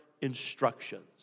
instructions